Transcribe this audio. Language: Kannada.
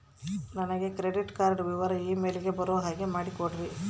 ನನಗೆ ಕ್ರೆಡಿಟ್ ಕಾರ್ಡ್ ವಿವರ ಇಮೇಲ್ ಗೆ ಬರೋ ಹಾಗೆ ಮಾಡಿಕೊಡ್ರಿ?